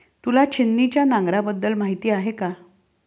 तुला छिन्नीच्या नांगराबद्दल माहिती आहे का?